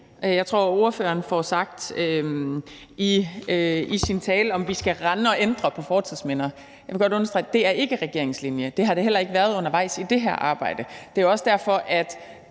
Jeg tror, ordføreren i sin tale får spurgt, om vi skal rende og ændre på fortidsminder. Jeg vil godt understrege, at det ikke er regeringens linje. Det har det heller ikke været undervejs i det her arbejde. Det er også derfor, det